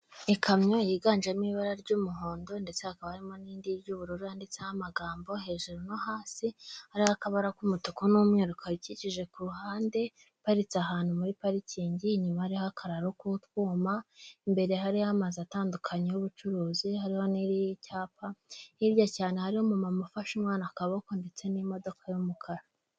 Ikamyo yiganjemo ibara ry'umuhondo ndetse hakaba harimo n'irindi ry'ubururu yanditseho amagambo hejuru no hasi, hari akabara k'umutuku n'umweru kayikikije ku ruhande, iparitse ahantu muri parikingi, inyuma hariho akararo k'utwuma imbere hari amazu atandukanye y'ubucuruzi, harimo n'iry'icyapa hirya cyane hari umumama ufashe umwana akaboko, ndetse n'imodoka y'umukara.